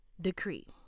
Decree